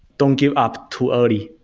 don't give up too early.